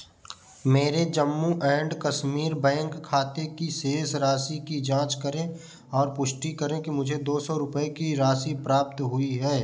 मेरे Jammu and Kashmir Bank खाते की शेष राशि की जाँच करें और पुष्टि करें कि मुझे दो सौ रुपये की राशि प्राप्त हुई है